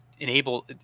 enable